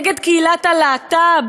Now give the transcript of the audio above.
נגד קהילת הלהט"ב,